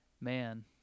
man